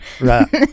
right